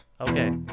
Okay